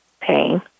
pain